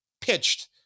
pitched